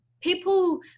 people